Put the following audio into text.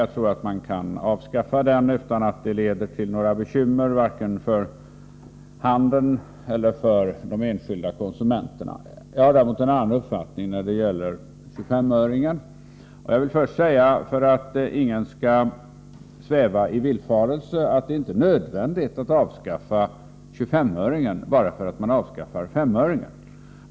Jag tror att man kan avskaffa den utan att det leder till några bekymmer vare sig för handeln eller för de enskilda konsumenterna. Jag har däremot en annan uppfattning när det gäller 25-öringen. Jag vill först säga att ingen skall sväva i villfarelsen att det är nödvändigt att avskaffa 25-öringen bara därför att man avskaffar S5-öringen.